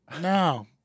No